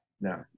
No